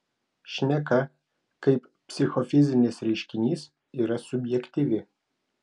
šneka kaip psichofizinis reiškinys yra subjektyvi